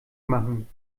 machen